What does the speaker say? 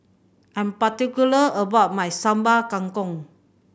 I'm particular about my Sambal Kangkong